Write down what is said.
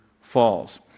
falls